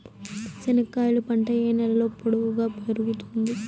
చెనక్కాయలు పంట ఏ నేలలో పొడువుగా పెరుగుతుంది?